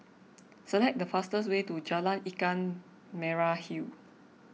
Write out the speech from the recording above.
select the fastest way to Jalan Ikan Merah Hill